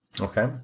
Okay